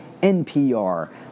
NPR